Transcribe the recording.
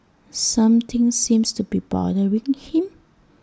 something seems to be bothering him